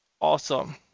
awesome